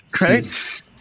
right